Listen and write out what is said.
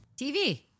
TV